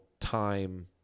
time